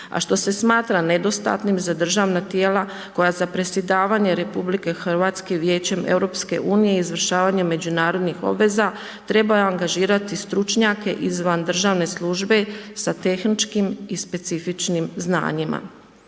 A što se smatra nedostatnim za državna tijela, koja za predsjedavanje RH Vijećem EU, izvršavanjem međunarodnih obveza treba angažirati stručnjake izvan državne službe sa tehničkim i specifičnim znanjima.